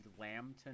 Lambton